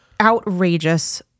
outrageous